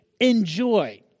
enjoy